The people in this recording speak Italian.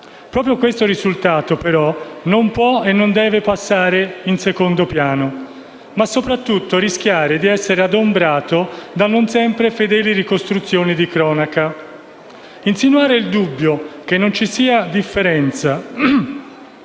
Proprio questo risultato, però, non può e non deve passare in secondo piano, ma soprattutto rischiare di essere adombrato da non sempre fedeli ricostruzioni di cronaca. Insinuare il dubbio che non ci sia differenza